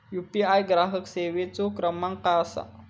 UPI ग्राहक सेवेचो क्रमांक काय असा?